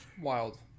Wild